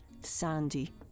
sandy